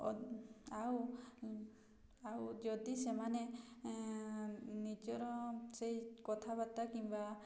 ଆଉ ଆଉ ଯଦି ସେମାନେ ନିଜର ସେଇ କଥାବାର୍ତ୍ତା କିମ୍ବା